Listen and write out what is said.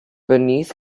beneath